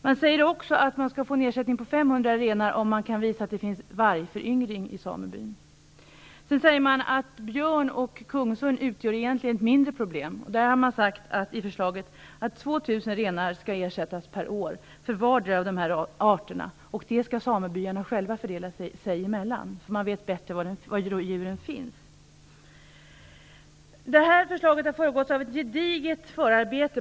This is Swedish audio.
Det sägs också att man skall få en ersättning på 500 renar om man kan visa att det finns vargföryngring i samebyn. Björn och kungsörn sägs utgöra ett mindre problem. Enligt förslaget skall 2 000 renar per år ersättas för var och en av dessa arter, och detta skall samebyarna själva fördela sinsemellan eftersom de vet bäst var de här djuren finns. Det här förslaget har föregåtts av ett gediget förarbete.